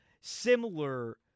similar